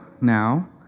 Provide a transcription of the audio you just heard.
now